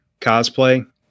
cosplay